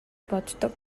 боддог